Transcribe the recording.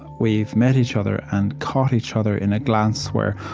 we've met each other and caught each other in a glance, where,